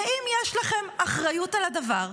ואם יש לכם אחריות על הדבר,